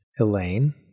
Elaine